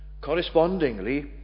correspondingly